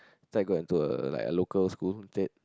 that time I got into a like a local school instead